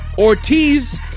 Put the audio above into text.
Ortiz